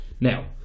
now